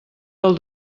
del